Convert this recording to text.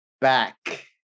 back